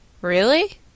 Really